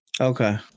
Okay